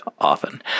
often